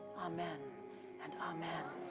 amen and amen.